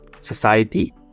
society